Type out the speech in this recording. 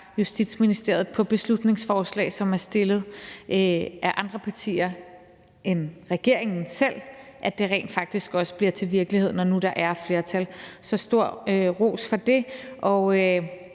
Justitsministeriet angående beslutningsforslag, som er fremsat af andre partier end regeringen selv, altså at det rent faktisk også bliver til virkelighed, når nu der er et flertal. Så jeg vil give stor ros for det.